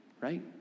right